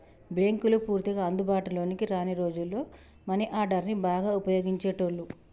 బ్యేంకులు పూర్తిగా అందుబాటులోకి రాని రోజుల్లో మనీ ఆర్డర్ని బాగా వుపయోగించేటోళ్ళు